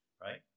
Right